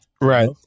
right